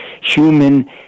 human